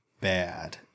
bad